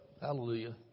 hallelujah